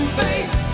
faith